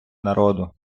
народу